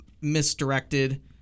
misdirected